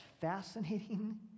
fascinating